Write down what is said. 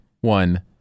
one